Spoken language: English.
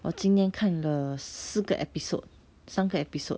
我今天看了四个 episode 三个 episode